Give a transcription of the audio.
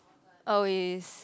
oh is